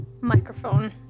Microphone